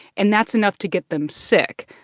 and that's enough to get them sick.